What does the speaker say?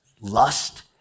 lust